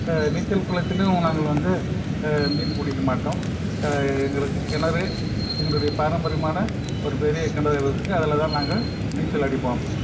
நீச்சல் குளத்திலும் நாங்கள் வந்து மீன் பிடிக்க மாட்டோம் எங்களுக்கு கிணறு எங்களுடைய பாரம்பரியமான ஒரு பெரிய கிணறு இருக்குது அதுலேதான் நாங்கள் நீச்சல் அடிப்போம்